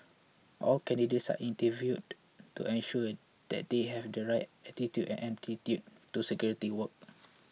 all candidates are interviewed to ensure that they have the right attitude and aptitude for security work